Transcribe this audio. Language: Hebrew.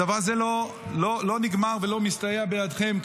הדבר הזה לא נגמר ולא מסתייע בידכם,